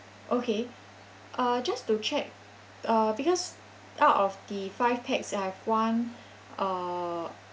okay uh just to check uh because out of the five pax I have one uh